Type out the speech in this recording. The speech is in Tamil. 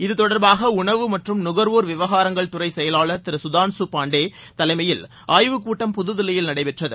இது தொடர்பாக உணவு மற்றும் நுக்வோர் விவகாரங்கள் துறை செயலாளர் திரு கதான்ஷு பாண்டே தலைமையில் ஆய்வுக்கூட்டம் புதுதில்லியில் நடைபெற்றது